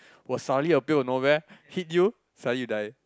will suddenly appear of nowhere hit you suddenly you die